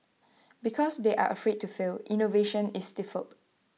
because they are afraid to fail innovation is stifled